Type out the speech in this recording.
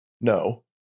No